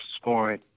scoring